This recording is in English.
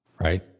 right